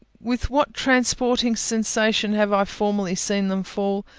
with what transporting sensation have i formerly seen them fall!